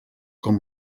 com